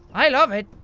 i love it.